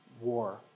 war